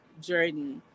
Journey